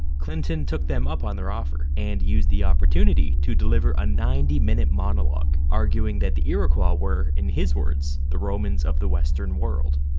clinton took them up on their offer, and used the opportunity to deliver a ninety minute monologue arguing that the iroquois ah were, in his words, the romans of the western world.